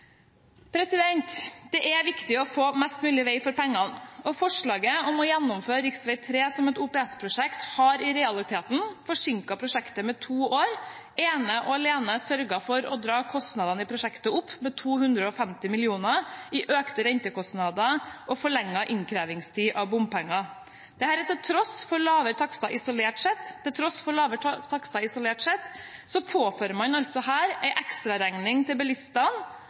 for pengene. Forslaget om å gjennomføre rv. 3 som et OPS-prosjekt har i realiteten forsinket prosjektet med to år, ene og alene sørget for å dra kostnadene i prosjektet opp med 250 mill. kr i økte rentekostnader og forlenget innkrevingstid av bompenger. Til tross for lavere takster isolert sett påfører man altså her bilistene og næringstransporten en ekstraregning og en forsinkelse som kunne ha vært unngått. De lokale vedtakene ble gjort i 2014, men fordi regjeringen gjorde prosjektet om til